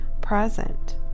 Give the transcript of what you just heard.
present